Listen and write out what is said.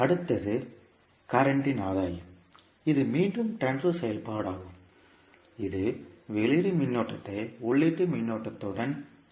அடுத்தது தற்போதைய ஆதாயம் இது மீண்டும் ட்ரான்ஸ்பர் செயல்பாடாகும் இது வெளியீட்டு மின்னோட்டத்தை உள்ளீட்டு மின்னோட்டத்துடன் தொடர்புபடுத்துகிறது